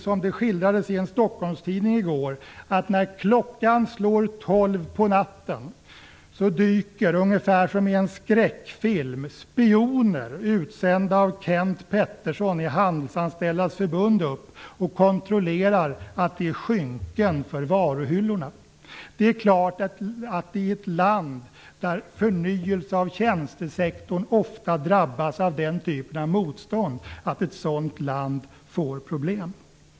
Som det skildrades i en Stockholmstidning i går leder det till att när klockan slår tolv på natten dyker spioner, utsända av Kenth Pettersson i Handelsanställdas förbund, upp ungefär som i en skräckfilm och kontrollerar att det hänger skynken för varuhyllorna. Det är klart att ett land där en förnyelse av tjänstesektorn ofta drabbas av den typen av motstånd får problem.